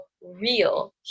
real